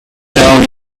tell